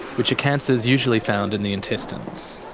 which are cancers usually found in the intestines.